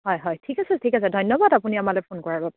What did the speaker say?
হয় হয় ঠিক আছে ঠিক আছে ধান্যবাদ আপুনি আমালৈ ফোন কৰাৰ বাবে